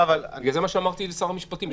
זה מה שאמרתי לשר המשפטים.